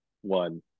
one